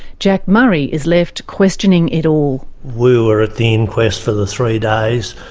jack murray is left questioning it all. we were at the inquest for the three days.